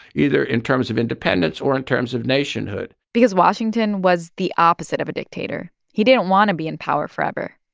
either in terms of independence or in terms of nationhood because washington was the opposite of a dictator. he didn't want to be in power forever,